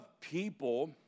people